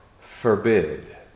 forbid